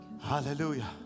hallelujah